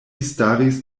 staris